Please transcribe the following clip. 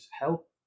help